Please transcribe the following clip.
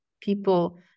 people